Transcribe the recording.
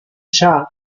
shah